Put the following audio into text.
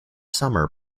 summer